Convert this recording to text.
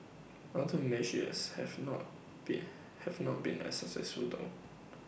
other measures have not been have not been as successful though